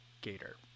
gator